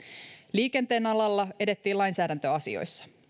liikenteen alalla edettiin lainsäädäntöasioissa